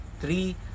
three